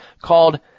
called